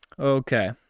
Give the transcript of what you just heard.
Okay